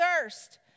thirst